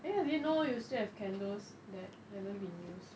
eh I didn't know you still have candles that haven't been used